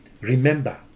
Remember